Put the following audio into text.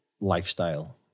lifestyle